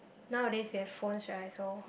nowadays we have phones right so